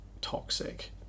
toxic